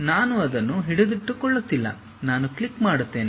ನಾನು ಅದನ್ನು ಹಿಡಿದಿಟ್ಟುಕೊಳ್ಳುತ್ತಿಲ್ಲ ನಾನು ಕ್ಲಿಕ್ ಮಾಡುತ್ತೇನೆ